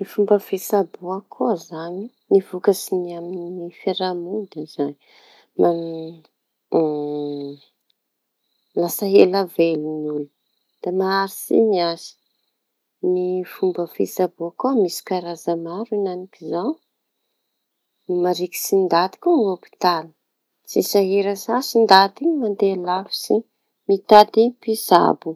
Ny fomba fitsaboana koa izañy, ny vokatsiñy amin'ny fiarahaha-moni da ny fiantraikany amin'ny fiaraha-monina lasa ela veloño ny olo maharitsy miasa; Ny fomba fitsabo koa misy karaza maro, marikitsy ndaty koa hopitaly; tsy sahira sasy ndaty mandeha lavitsy mitady mpitsabo.